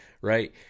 right